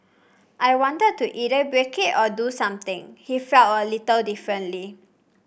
I wanted to either break it or do something he felt a little differently